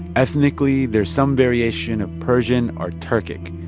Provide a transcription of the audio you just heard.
ethnically, they're some variation of persian or turkic.